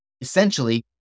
essentially